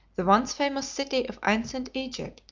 the once famous city of ancient egypt,